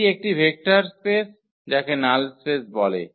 এটি একটি vector space যাকে নাল স্পেস বলে